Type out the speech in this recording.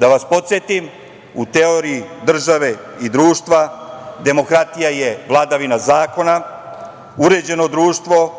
Da vas podsetim, u teoriji države i društva demokratije je vladavina zakona, uređeno društvo